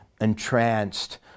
entranced